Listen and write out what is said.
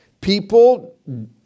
People